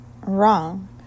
wrong